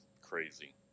crazy